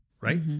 Right